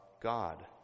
God